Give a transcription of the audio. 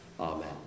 Amen